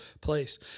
place